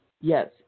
Yes